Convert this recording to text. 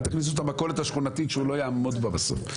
אל תכניסו את המכולת השכונתית שהוא לא יעמוד בה בסוף.